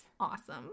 awesome